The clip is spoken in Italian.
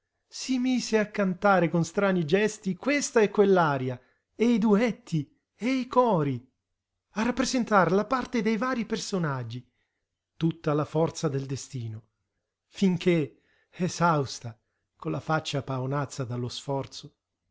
si mise a cantare con strani gesti questa e quell'aria e i duetti e i cori a rappresentar la parte dei varii personaggi tutta la forza del destino finché esausta con la faccia paonazza dallo sforzo